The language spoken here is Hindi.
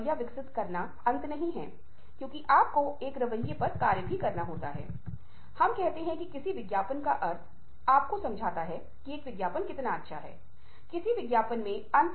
और अगर आप इस कोशिश को नियंत्रित करने में सक्षम हैं तो हम अन्य लोगों की जरूरतों और आवश्यकताओं को समझने में सक्षम हो जाते हैं जो भावनात्मक बुद्धिमत्ता का एक प्रमुख घटक है जिसका विचार आने वाले विषय मे करेंगे